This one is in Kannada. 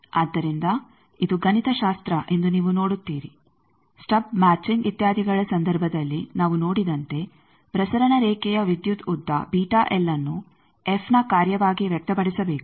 ಆದ್ದರಿಂದ ಇದು ಗಣಿತಶಾಸ್ತ್ರ ಎಂದು ನೀವು ನೋಡುತ್ತೀರಿ ಸ್ಟಬ್ ಮ್ಯಾಚಿಂಗ್ ಇತ್ಯಾದಿಗಳ ಸಂದರ್ಭದಲ್ಲಿ ನಾವು ನೋಡಿದಂತೆ ಪ್ರಸರಣ ರೇಖೆಯ ವಿದ್ಯುತ್ ಉದ್ದ ಅನ್ನು ಎಫ್ನ ಕಾರ್ಯವಾಗಿ ವ್ಯಕ್ತಪಡಿಸಬೇಕು